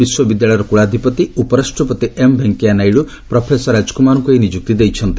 ବିଶ୍ୱବିଦ୍ୟାଳୟର କୁଳାଧ୍ପତି ଉପରାଷ୍ଟ୍ରପତି ଏମ ଭେଙ୍କୟାନାଇଡୁ ପ୍ରଫେସର ରାଜକୁମାରଙ୍କୁ ଏହି ନିଯୁକ୍ତି ଦେଇଛନ୍ତି